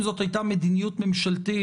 אם זו הייתה מדיניות ממשלתית,